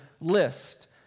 list